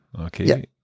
Okay